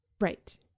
Right